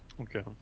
okay